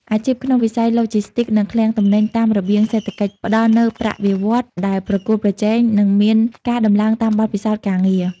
អាជីពក្នុងវិស័យឡូជីស្ទីក និងឃ្លាំងទំនិញតាមរបៀងសេដ្ឋកិច្ច ផ្តល់នូវប្រាក់បៀវត្សរ៍ដែលប្រកួតប្រជែង និងមានការដំឡើងតាមបទពិសោធន៍ការងារ។